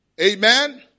Amen